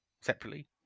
separately